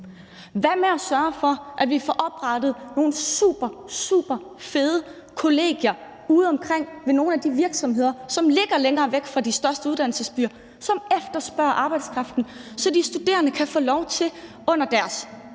Hvad med at sørge for, at vi får oprettet nogle super-, superfede kollegier ude omkring nogle af de virksomheder, som ligger længere væk fra de største uddannelsesbyer, som efterspørger arbejdskraften, så de studerende under deres